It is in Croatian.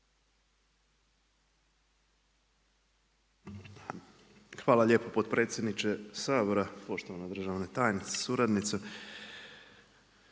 Hvala lijepo potpredsjedniče Sabora. Poštovan državna tajnice sa suradnicom.